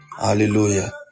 hallelujah